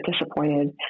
disappointed